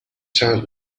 چند